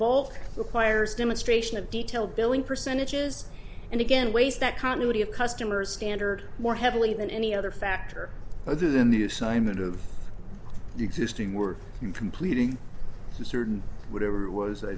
requires demonstration of detail billing percentages and again ways that continuity of customers standard more heavily than any other factor other than the assignment of the existing we're completing certain whatever it was i